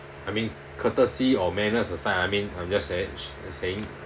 I mean courtesy or manners aside I mean I'm just say saying